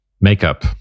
makeup